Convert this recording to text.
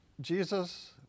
Jesus